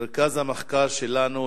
מרכז המחקר שלנו,